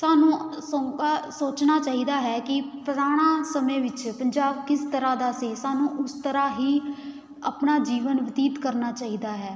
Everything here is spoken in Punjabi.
ਸਾਨੂੰ ਸੋ ਸੋਚਣਾ ਚਾਹੀਦਾ ਹੈ ਕਿ ਪੁਰਾਣਾ ਸਮੇਂ ਵਿੱਚ ਪੰਜਾਬ ਕਿਸ ਤਰ੍ਹਾਂ ਦਾ ਸੀ ਸਾਨੂੰ ਉਸ ਤਰ੍ਹਾਂ ਹੀ ਆਪਣਾ ਜੀਵਨ ਬਤੀਤ ਕਰਨਾ ਚਾਹੀਦਾ ਹੈ